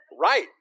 Right